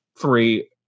three